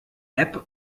app